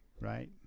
right